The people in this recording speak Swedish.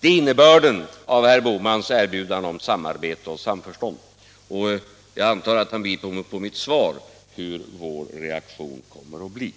Det är innebörden av herr Bohmans erbjudanden om samarbete och samförstånd. Jag antar att han vet vilken vår reaktion kommer att bli.